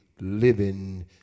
living